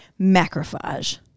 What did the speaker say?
Macrophage